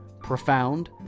profound